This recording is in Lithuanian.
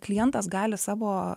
klientas gali savo